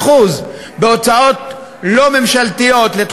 מסכימים, לא מסכימים.